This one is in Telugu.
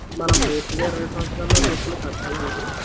మనం పూర్తిగా ఇరవై సంవత్సరాలలో డబ్బులు కట్టాలా అండి